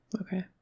Okay